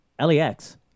Lex